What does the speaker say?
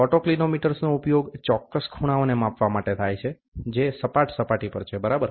ઓટોક્લીનોમિટરર્સનો ઉપયોગ ચોક્કસ ખૂણાઓને માપવા માટે થાય છે જે સપાટ સપાટી પર છે બરાબર